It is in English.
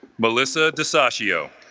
melissa desashio